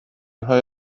های